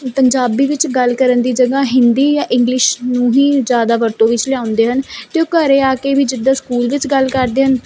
ਪੰਜਾਬੀ ਵਿੱਚ ਗੱਲ ਕਰਨ ਦੀ ਜਗ੍ਹਾ ਹਿੰਦੀ ਜਾਂ ਇੰਗਲਿਸ਼ ਨੂੰ ਹੀ ਜ਼ਿਆਦਾ ਵਰਤੋਂ ਵਿੱਚ ਲਿਆਉਂਦੇ ਹਨ ਅਤੇ ਉਹ ਘਰ ਆ ਕੇ ਵੀ ਜਿੱਦਾਂ ਸਕੂਲ ਵਿੱਚ ਗੱਲ ਕਰਦੇ ਹਨ